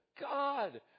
God